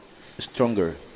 stronger